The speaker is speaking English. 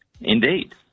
Indeed